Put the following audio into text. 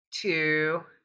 Two